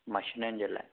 मशीननि जे लाइ